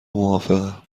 موافقم